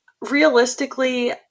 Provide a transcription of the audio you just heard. realistically